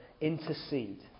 intercede